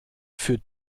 für